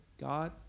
God